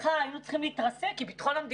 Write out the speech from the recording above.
לדעתך היינו צריכים להתרסק כי ביטחון המדינה,